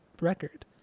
record